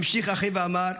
המשיך אחיו ואמר,